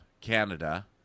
Canada